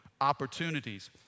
Opportunities